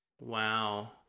Wow